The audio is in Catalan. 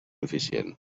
suficient